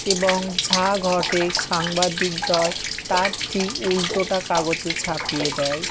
এবং যা ঘটে সাংবাদিকদয় তার ঠিক উলটোটা কাগজে ছাপিয়ে দেয়